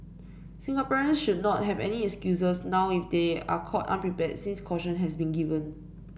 Singaporeans should not have any excuses now if they are caught unprepared since caution has been given